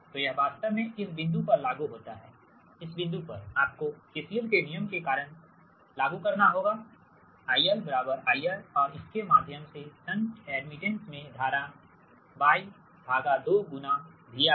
तो यह वास्तव में इस बिंदु पर लागू होता है इस बिंदु पर आपको KCL के नियम के कारण लागू करना होगा IL IR और इसके माध्यम से शंट एडमिटेंस में धारा Y 2 गुना VR है